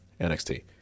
NXT